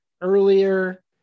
earlier